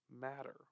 matter